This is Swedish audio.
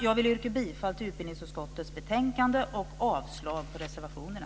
Jag vill yrka bifall till hemställan i utbildningsutskottets betänkande och avslag på reservationerna.